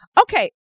okay